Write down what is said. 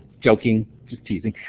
joking! just teasing.